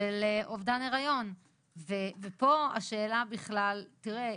של אובדן היריון ופה השאלה בכלל, תראה.